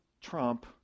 Trump